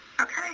Okay